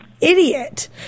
idiot